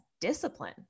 discipline